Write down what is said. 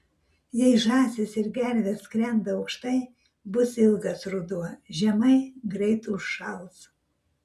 jei žąsys ir gervės skrenda aukštai bus ilgas ruduo žemai greit užšals